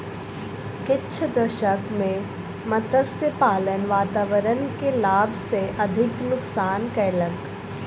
किछ दशक में मत्स्य पालन वातावरण के लाभ सॅ अधिक नुक्सान कयलक